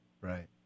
right